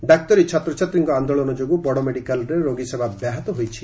ଡାକ୍ତରୀ ଛାତ୍ରଛାତ୍ରୀଙ୍କ ଆନ୍ଦୋଳନ ଯୋଗୁଁ ବଡ଼ ମେଡିକାଲ୍ରେ ରୋଗୀସେବା ବ୍ୟାହତ ହୋଇଛି